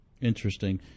Interesting